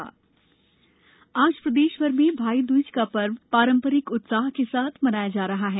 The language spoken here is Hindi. भाईदूज आज प्रदेश भर में भाई द्रज का पर्व पारंपरिक उत्साह से मनाया जा रहा है